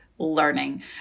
Learning